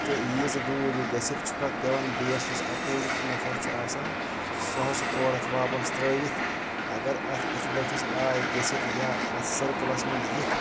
تہٕ ییٖژ دوٗر یہِ گٔژھِتھ چھُ پَتہٕ پیٚوان بیٚیَس یُس اَپوزِٹ نَفر چھُ آسان سُہ حظ چھُ تورٕ اَتھ واپَس ترٲوِتھ اگر اَتھ أتھۍ لَٹھِس آی گٔژھِتھ یا اَتھ سٔرکٕلَس منٛز یِتھ